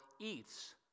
eats